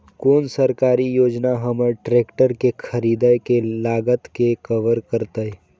कोन सरकारी योजना हमर ट्रेकटर के खरीदय के लागत के कवर करतय?